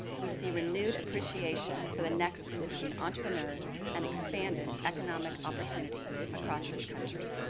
we see renewed appreciation for the nexus between entrepreneurs and expanded economic opportunity across this country.